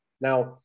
Now